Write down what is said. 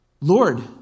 Lord